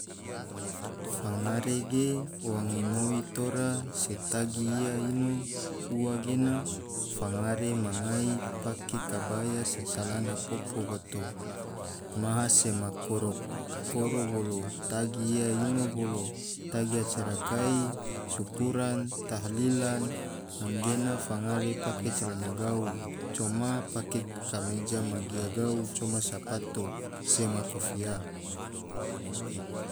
Fangare ge wange moi ora se tagi ia ino, ua gena fangare mangai pake kabaya se calana popo bato, maha sema koro-koro bolo tagi ia ino bolo, tagi acara kai, bolo syukuran, tahlilan, anggena fangare pake calana gau coma pake kameja ma gia gau coma pake capato sema kopia.